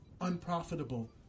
unprofitable